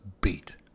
beat